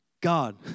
God